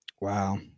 Wow